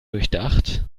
durchdacht